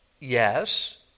Yes